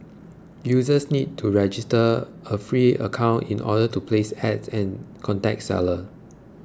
users need to register a free account in order to place Ads and contact seller